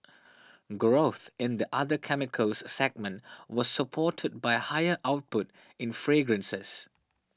growth in the other chemicals segment was supported by higher output in fragrances